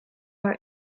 are